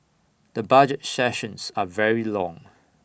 the budget sessions are very long